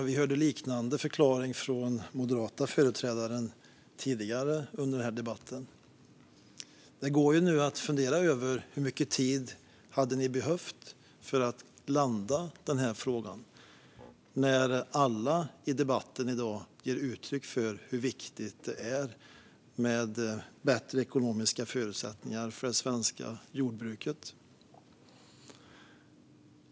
Vi hörde en liknande förklaring från den moderata företrädaren tidigare i debatten. Det går att fundera över hur mycket tid ni hade behövt för att landa den här frågan med tanke på att alla i debatten i dag ger utryck för hur viktigt det är med bättre ekonomiska förutsättningar för det svenska jordbruket.